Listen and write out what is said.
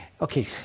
okay